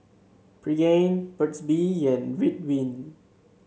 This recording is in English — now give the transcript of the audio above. Pregain Burt's Bee and Ridwind